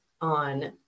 on